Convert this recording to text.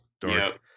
dark